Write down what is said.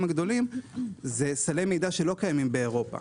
הגדולים זה סלי מידע שלא קיימים באירופה.